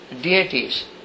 deities